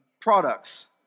products